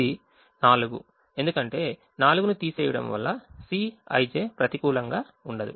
ఇది 4 ఎందుకంటే 4 ను తీసివేయడం వరకు Cij ప్రతికూలంగా ఉండదు